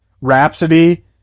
Rhapsody